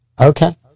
Okay